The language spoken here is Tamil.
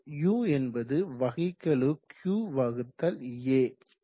U என்பது வகைக்கெழு Q வகுத்தல் A